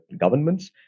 governments